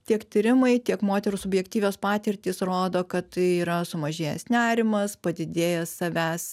tiek tyrimai tiek moterų subjektyvios patirtys rodo kad tai yra sumažėjęs nerimas padidėjęs savęs